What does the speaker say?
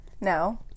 no